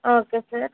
okay sir